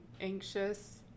anxious